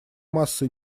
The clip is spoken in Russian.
масса